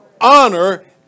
Honor